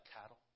cattle